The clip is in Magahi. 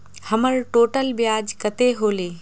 हमर टोटल ब्याज कते होले?